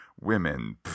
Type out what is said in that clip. women